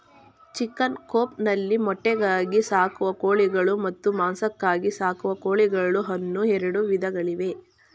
chicken coop ನಲ್ಲಿ ಮೊಟ್ಟೆಗಾಗಿ ಸಾಕುವ ಕೋಳಿಗಳು ಮತ್ತು ಮಾಂಸಕ್ಕಾಗಿ ಸಾಕುವ ಕೋಳಿಗಳು ಅನ್ನೂ ಎರಡು ವಿಧಗಳಿವೆ